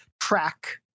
track